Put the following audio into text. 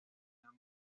ambos